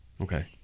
Okay